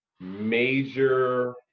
major